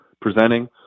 presenting